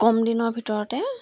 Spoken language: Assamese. কম দিনৰ ভিতৰতে